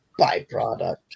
byproduct